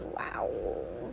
!wow!